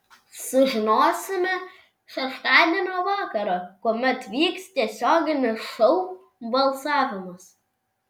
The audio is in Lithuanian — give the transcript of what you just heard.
sužinosime šeštadienio vakarą kuomet vyks tiesioginis šou balsavimas